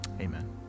Amen